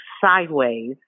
sideways